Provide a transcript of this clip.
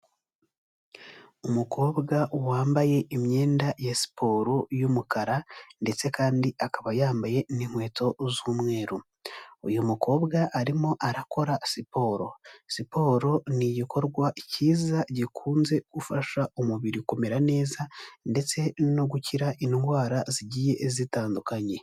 Umukobwa wambaye imyenda ya siporo y'umukara ndetse kandi akaba yambaye n'inkweto z'umweru. Uyu mukobwa arimo arakora siporo. Siporo ni igikorwa cyiza gikunze gufasha umubiri kumera neza ndetse no gukira indwara zigiye zitandukanye.